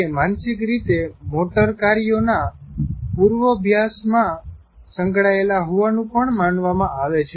તે માનસિક રીતે મોટર કાર્યોના પૂર્વભ્યાસમાં સંકળાયેલ હોવાનું પણ માનવામાં આવે છે